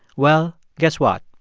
well, guess what?